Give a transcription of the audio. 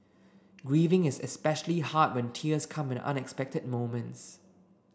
grieving is especially hard when tears come at unexpected moments